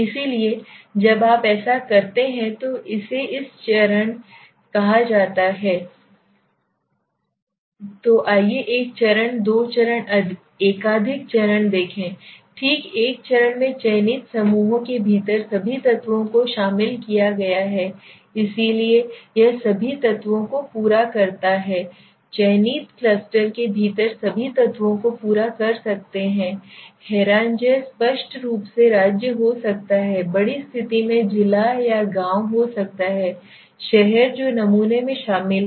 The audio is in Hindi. इसलिए जब आप ऐसा करते हैं तो इसे एक चरण कहा जाता है तो आइए एक चरण दो चरण एकाधिक चरण देखें ठीक एक चरण में चयनित समूहों के भीतर सभी तत्वों को शामिल किया गया है इसलिए यह सभी तत्वों को पूरा करता है चयनित क्लस्टर के भीतर सभी तत्वों को पूरा कर सकते हैंरा ज्य स्पष्ट रूप से राज्य हो सकता है बड़ी स्थिति में जिला या गांव हो सकता है शहर जो नमूने में शामिल हैं